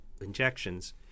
injections